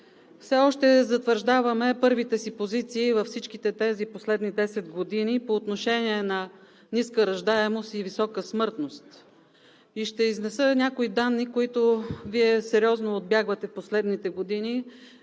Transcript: Все още държим първи позиции във всичките тези последни десет години по отношение на ниска раждаемост и висока смъртност. Ще изнеса някои данни, които Вие сериозно отбягвате в последните години,